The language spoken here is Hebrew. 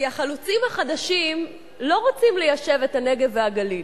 כי החלוצים החדשים לא רוצים ליישב את הנגב והגליל,